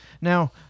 Now